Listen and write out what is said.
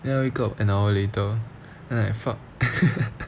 then I wake up an hour later then like fuck